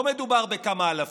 לא מדובר בכמה אלפים,